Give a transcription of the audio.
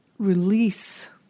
release